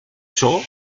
ciò